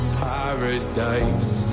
paradise